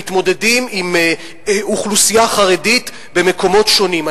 שמתמודדים עם אוכלוסייה חרדית במקומות שונים.